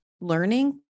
learning